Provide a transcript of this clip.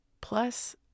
Plus